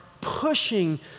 pushing